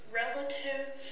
relative